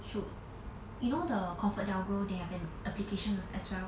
should you know the comfort delgro they have an application as well